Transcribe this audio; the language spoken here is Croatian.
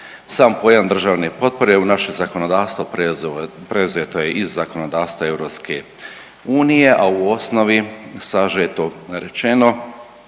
Sam pojam državne potpore u naše zakonodavstvo preuzeto je iz zakonodavstva EU, a u osnovi sažeto rečeno